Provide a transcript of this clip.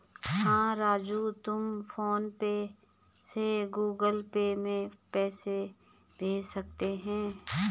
हां राजू तुम PhonePe से गुगल पे में पैसे भेज सकते हैं